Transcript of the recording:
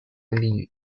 ambiguë